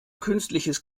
künstliches